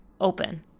open